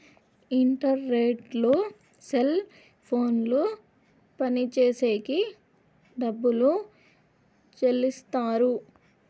internet cell ఫోన్లు పనిచేసేకి డబ్బులు చెల్లిస్తారు